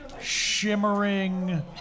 shimmering